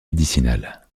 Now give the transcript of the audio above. médicinales